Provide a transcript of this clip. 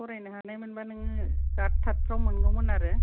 फरायनो हानायमोनबा नोङो गार्ड थार्दफोराव मोनगौमोन आरो